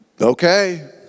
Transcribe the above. okay